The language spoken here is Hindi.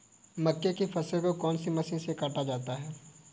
मक्के की फसल को कौन सी मशीन से काटा जाता है?